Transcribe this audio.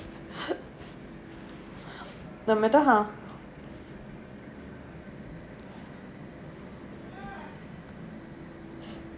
no matter how